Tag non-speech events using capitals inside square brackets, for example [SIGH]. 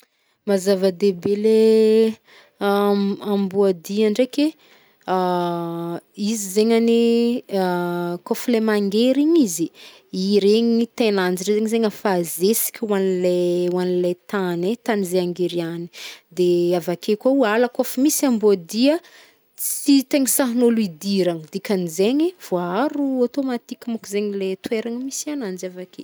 Maha zava-dehibe leha am- amboadia ndreiky e, [HESITATION] izy zegny ane [HESITATION] kôf le mangery igny izy, iregny taignanjy regny zegny fa zezk ho anley- ho anley tane- tany zay angeriany. De avake kô ala kôf misy ambôadia, tsy tegny sahan'ôlo hidiragna, dikan zegny vôaaro automatiquement ko zegny le toeragna misy ananjy avake.